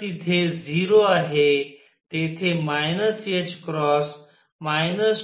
तर तिथे 0 आहे तेथे 2 3 4 आणि 2 3